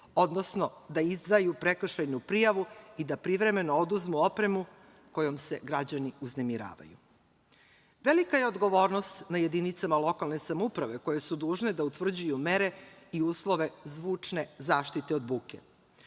odnosno da izdaju prekršajnu prijavu i da privremeno oduzmu opremu kojom se građani uznemiravaju. Velika je odgovornost na jedinicama lokalne samouprave koje su dužne da utvrđuju mere i uslove zvučne zaštite od buke. Ova